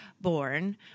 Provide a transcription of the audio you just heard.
born